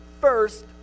first